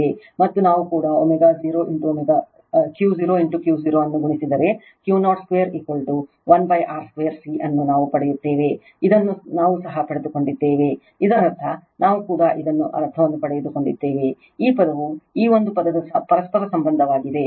ಮತ್ತು ನಾವು ಕೂಡ Q0 Q0 ಅನ್ನು ಗುಣಿಸಿದರೆ Q021R 2 C ಅನ್ನು ನಾವು ಪಡೆಯುತ್ತೇವೆ ಇದನ್ನು ನಾವು ಸಹ ಪಡೆದುಕೊಂಡಿದ್ದೇವೆ ಇದರರ್ಥ ನಾವು ಕೂಡ ಇದರ ಅರ್ಥವನ್ನು ಪಡೆದುಕೊಂಡಿದ್ದೇವೆ ಈ ಪದವು ಈ ಒಂದು ಪದದ ಪರಸ್ಪರ ಸಂಬಂಧವಾಗಿದೆ R 2 CL1Q02